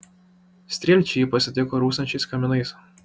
strielčiai jį pasitiko rūkstančiais kaminais